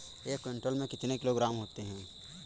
एक क्विंटल में कितने किलोग्राम होते हैं?